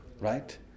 right